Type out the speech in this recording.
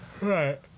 Right